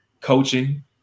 coaching